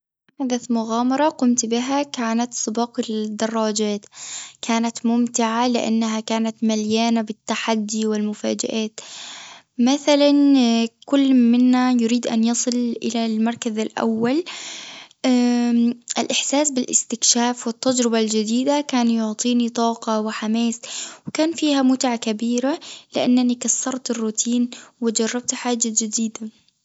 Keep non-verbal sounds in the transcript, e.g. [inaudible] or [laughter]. أحدث مغامرة قمت بها كانت سباق الدراجات، كانت ممتعة لأنها كانت مليانة بالتحدي والمفاجآت مثلًا [hesitation] كل منا يريد أن يصل إلى المركز الأول [hesitation] الاحساس بالاستكشاف والتجربة الجديدة كان يعطيني طاقة وحماس وكان فيها متع كبيرة لأنني كسرت الروتين وجربت حاجة جديدة.